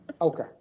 Okay